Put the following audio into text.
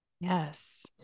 Yes